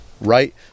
right